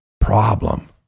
Problem